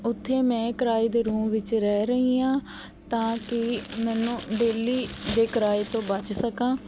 ਉੱਥੇ ਮੈਂ ਕਿਰਾਏ ਦੇ ਰੂਮ ਵਿੱਚ ਰਹਿ ਰਹੀ ਹਾਂ ਤਾਂ ਕਿ ਮੈਨੂੰ ਡੇਲੀ ਦੇ ਕਿਰਾਏ ਤੋਂ ਬੱਚ ਸਕਾਂ